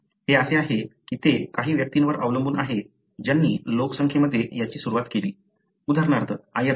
हे असे आहे की ते काही व्यक्तींवर अवलंबून आहे ज्यांनी लोकसंख्येमध्ये याची सुरवात केली उदाहरणार्थ आयर्लंड